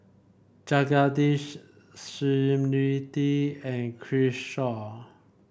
Jagadish Smriti and Kishore